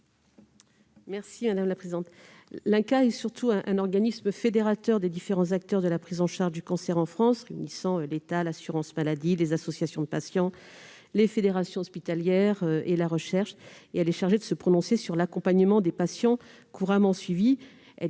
l'avis de la commission ? L'INCa est surtout un organisme fédérateur des différents acteurs de la prise en charge du cancer en France- unissant notamment l'État, l'assurance maladie, les associations de patients, les fédérations hospitalières et la recherche -, ayant pour mission de se prononcer sur l'accompagnement des patients couramment suivis.